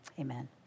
Amen